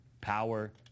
Power